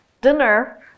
dinner